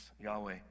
Yahweh